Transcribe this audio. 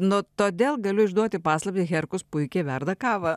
no todėl galiu išduoti paslaptį herkus puikiai verda kavą